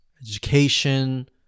education